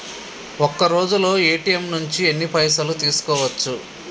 ఒక్కరోజులో ఏ.టి.ఎమ్ నుంచి ఎన్ని పైసలు తీసుకోవచ్చు?